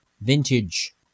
vintage